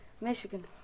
Michigan